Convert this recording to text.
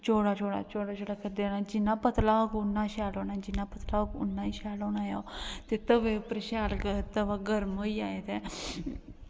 चौड़ा चौड़ा करदे रौह्ना जिन्ना पतला होग उन्ना शैल होना ते उन्ना शैल होना ऐ ते तत्ता तवा शैल गर्म होई जाए ते